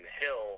Hill